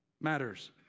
matters